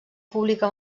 pública